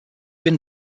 been